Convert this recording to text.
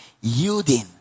yielding